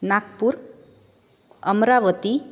Nagpur Amravati